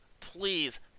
please